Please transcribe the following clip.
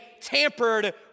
tampered